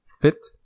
fit